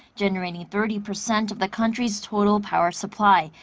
generating thirty percent of the country's total power supply.